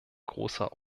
großer